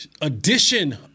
edition